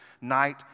night